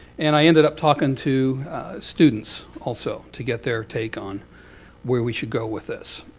and i ended up talking to students, also, to get their take on where we should go with this.